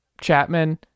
Chapman